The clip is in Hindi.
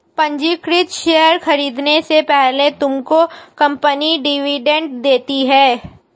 पंजीकृत शेयर खरीदने से पहले तुमको कंपनी डिविडेंड देती है